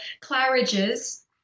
Claridge's